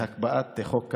והקפאת חוק קמיניץ.